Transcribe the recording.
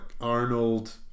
Arnold